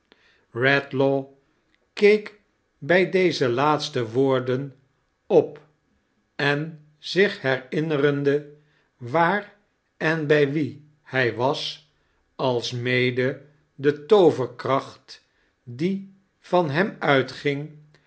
keek hij deze laatste woordein op en zich herinnerende waar en bij wie hij was alsmede de tooverkracht die van hem uitging